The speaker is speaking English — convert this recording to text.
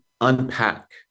unpack